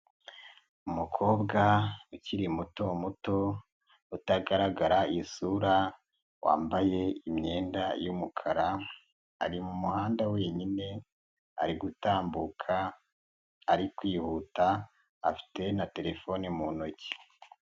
Umukobwa ukiri mutomuto utagaragara isura, wambaye imyenda y'umukara, ari mu muhanda wenyine, ari gutambuka, ari kwihuta, afite na telefone mu ntoki.